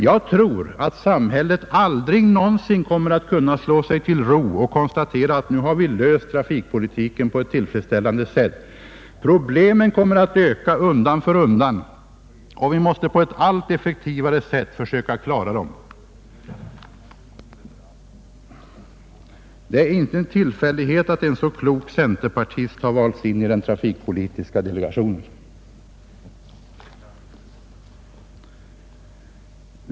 Jag tror att samhället aldrig någonsin kommer att kunna slå sig till ro och konstatera att nu har vi löst trafikpolitiken på ett tillfredsställande sätt. Problemen kommer att öka undan för undan och vi måste på ett allt effektivare sätt försöka klara dem.” Det är ingen tillfällighet att en så klok centerpartist har valts in i den trafikpolitiska delegationen.